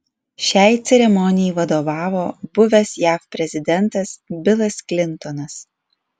šiai ceremonijai vadovavo buvęs jav prezidentas bilas klintonas